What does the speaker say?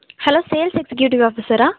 hello sales executive ஆஃபிஸர்ரா